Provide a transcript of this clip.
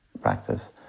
practice